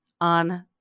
on